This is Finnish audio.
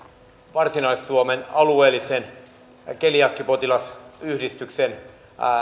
varsinais suomen alueellisen keliakiapotilasyhdistyksen